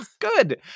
Good